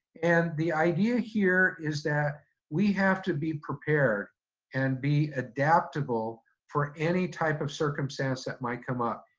and the idea here is that we have to be prepared and be adaptable for any type of circumstance that might come up.